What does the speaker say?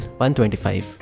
125